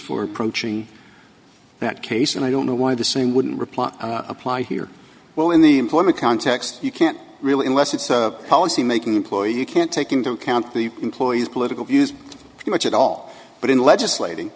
for approaching that case and i don't know why the same wouldn't reply apply here well in the employment context you can't really unless it's a policy making employee you can't take into account the employees political views pretty much at all but in legislating